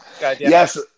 Yes